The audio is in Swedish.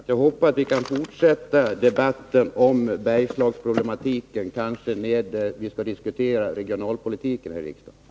Herr talman! Jag hoppas att vi kan fortsätta debatten om Bergslagens problematik — kanske när vi skall diskutera regionalpolitiken här i riksdagen.